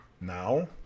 now